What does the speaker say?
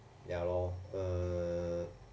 ya lor uh